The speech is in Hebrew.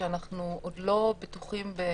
כשאנחנו עוד לא בטוחים בתוצאותיה,